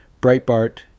Breitbart